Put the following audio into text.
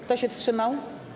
Kto się wstrzymał?